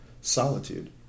solitude